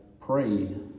prayed